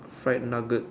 fried nuggets